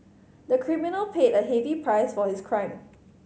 the criminal paid a heavy price for his crime